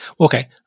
Okay